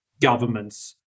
governments